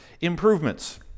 improvements